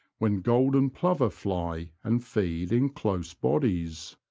when golden plover fly and feed in close bodies.